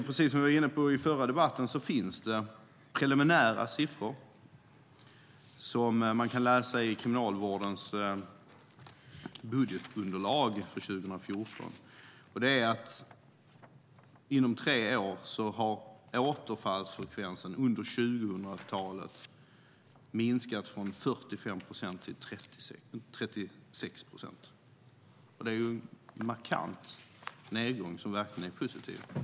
Precis som vi var inne på i förra debatten finns det preliminära siffror som man kan läsa i Kriminalvårdens budgetunderlag för 2014. Återfallsfrekvensen under 2000-talet har minskat från 45 procent till 36 procent på tre år. Det är en markant nedgång som verkligen är positiv.